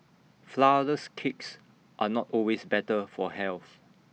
Flourless Cakes are not always better for health